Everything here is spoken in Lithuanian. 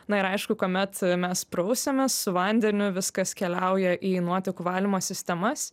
na ir aišku kuomet mes prausiamės su vandeniu viskas keliauja į nuotekų valymo sistemas